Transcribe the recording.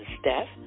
Steph